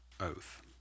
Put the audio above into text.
oath